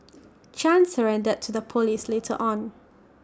chan surrendered to the Police later on